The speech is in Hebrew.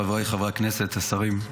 חבריי חברי הכנסת, השרים,